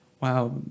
wow